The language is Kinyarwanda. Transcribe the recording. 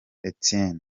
einstein